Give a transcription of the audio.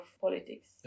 politics